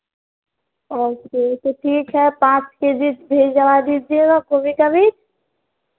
okay तो ठीक है पाँच के जी भिजवा दीजिएगा को भी का बीज